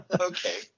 Okay